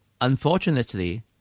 Unfortunately